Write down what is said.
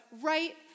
right